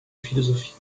philosophie